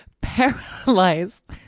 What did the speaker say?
paralyzed